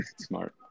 Smart